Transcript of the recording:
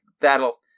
that'll